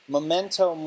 Memento